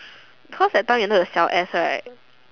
cause that time you know the 小 S right